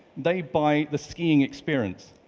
they buy the skiing experience,